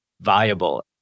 viable